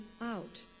out